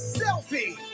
selfie